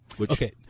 Okay